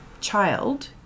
child